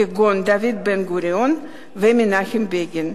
כגון דוד בן-גוריון ומנחם בגין.